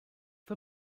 for